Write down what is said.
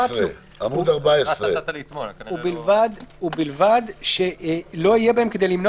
עמוד 14. ובלבד שלא יהיה בהם כדי למנוע